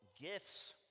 Gifts